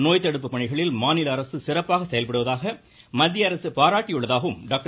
நோய்த்தடுப்பு பணிகளில் மாநில அரசு சிறப்பாக செயல்படுவதாக மத்திய அரசு பாராட்டியுள்ளதாக டாக்டர்